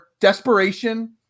desperation